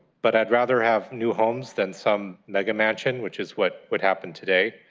but i'd rather have new homes then some mega-mansion, which is what what happened today.